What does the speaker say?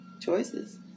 Choices